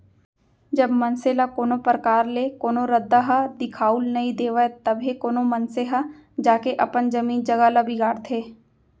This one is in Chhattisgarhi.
जब मनसे ल कोनो परकार ले कोनो रद्दा ह दिखाउल नइ देवय तभे कोनो मनसे ह जाके अपन जमीन जघा ल बिगाड़थे